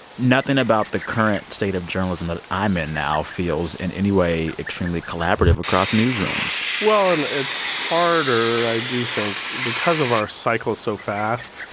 nothing about the current state of journalism that i'm in now feels in any way extremely collaborative across newsrooms well, and it's harder, i do think because of our cycle is so fast,